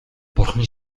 бурхан